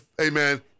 Amen